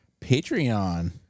Patreon